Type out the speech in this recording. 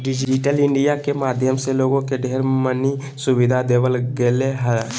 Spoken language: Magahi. डिजिटल इन्डिया के माध्यम से लोगों के ढेर मनी सुविधा देवल गेलय ह